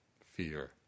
fear